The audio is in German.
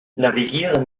navigiere